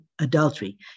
adultery